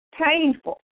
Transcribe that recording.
painful